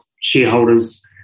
shareholders